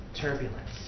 turbulence